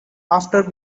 after